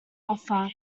offer